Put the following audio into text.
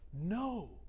No